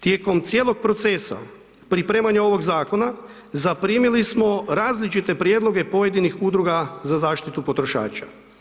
Tijekom cijelog procesa pripremanja ovog zakona zaprimili smo različite prijedloge pojedinih udruga za zaštitu potrošača.